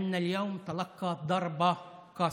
היום קיבלו מכה ניצחת.